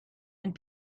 and